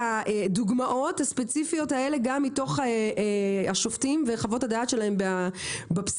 הדוגמאות הספציפיות האלה גם מתוך השופטים וחוות הדעת שלהם בפסיקה,